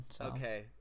Okay